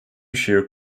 sheer